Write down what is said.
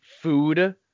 food